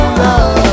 love